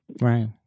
Right